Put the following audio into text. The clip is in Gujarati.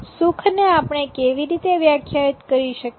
સુખ ને આપણે કેવી રીતે વ્યાખ્યાયિત કરી શકીએ